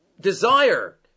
desire